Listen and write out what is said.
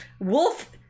Wolf